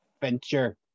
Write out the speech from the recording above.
venture